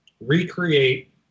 recreate